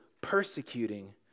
persecuting